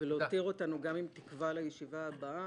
-- ולהותיר אותנו גם עם תקווה לישיבה הבא,